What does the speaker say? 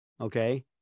okay